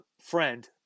friend